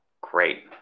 great